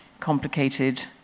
complicated